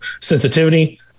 sensitivity